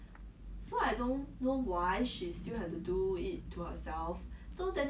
but I think 女孩子都是这样的不管多瘦都会讲自己胖